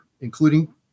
including